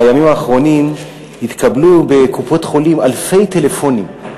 בימים האחרונים התקבלו בקופות-חולים אלפי טלפונים,